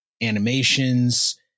animations